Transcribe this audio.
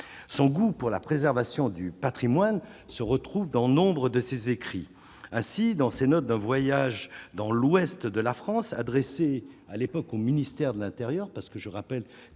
son goût pour la préservation du Patrimoine se retrouve dans nombre de ses écrits, assis dans ses notes de voyage dans l'ouest de la France, adressée à l'époque au ministère de l'Intérieur, parce que je rappelle